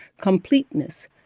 completeness